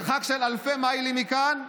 במרחק של אלפי מיילים מכאן,